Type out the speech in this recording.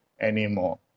anymore